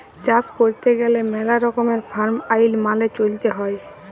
চাষ ক্যইরতে গ্যালে ম্যালা রকমের ফার্ম আইল মালে চ্যইলতে হ্যয়